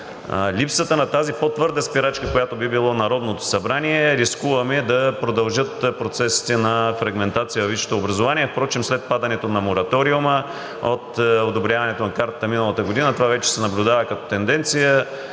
липсата на тази по-твърда спирачка, която би било Народното събрание, рискуваме да продължат процесите на фрагментация във висшето образование. След падането на мораториума от одобряването на Картата миналата година това вече се наблюдава като тенденция